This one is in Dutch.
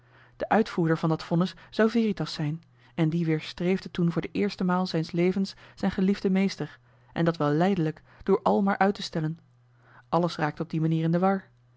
de uitvoerder van dat vonnis zou veritas zijn en die weerstreefde toen voor de eerste maal zijns levens zijn geliefden meester en dat wel lijdelijk door al maar uit te stellen alles raakte op die manier in de war